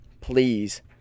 please